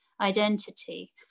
identity